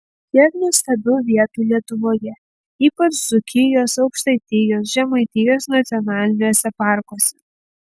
kiek nuostabių vietų lietuvoje ypač dzūkijos aukštaitijos žemaitijos nacionaliniuose parkuose